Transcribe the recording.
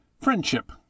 Friendship